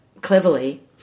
cleverly